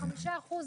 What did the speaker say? חמישה אחוזים,